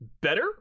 better